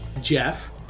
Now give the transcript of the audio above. Jeff